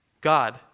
God